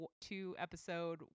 two-episode